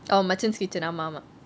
oh Machan's Kitchen ஆமா ஆமா:aama aama